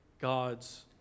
god's